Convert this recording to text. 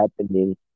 happening